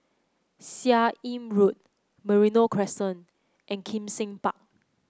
Seah Im Road Merino Crescent and Kim Seng Park